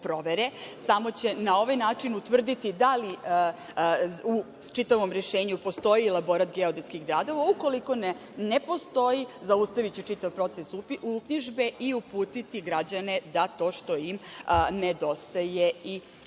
samo će na ovaj način utvrditi da li u čitavom rešenju postoji elaborat geodetskih radova. Ukoliko ne postoji, zaustaviće čitav proces uknjižbe i uputiti građane da to što im nedostaje i